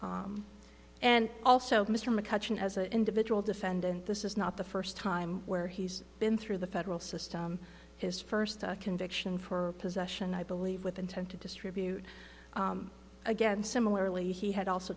and also mr mccutcheon as an individual defendant this is not the first time where he's been through the federal system his first conviction for possession i believe with intent to distribute again similarly he had also